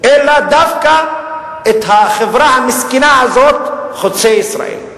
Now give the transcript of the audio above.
אלא דווקא את החברה המסכנה הזאת, "חוצה ישראל".